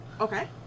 Okay